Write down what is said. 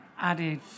added